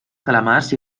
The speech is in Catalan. calamars